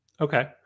Okay